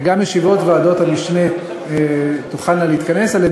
וגם ועדות המשנה תוכלנה להתכנס על-ידי